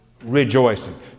rejoicing